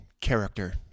character